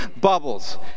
bubbles